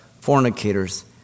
fornicators